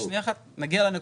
רגע, נגיע לנקודה.